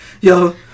Yo